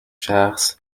شخص